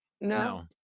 no